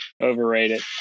overrated